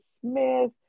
Smith